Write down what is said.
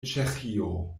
ĉeĥio